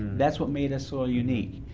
that's what made us so unique.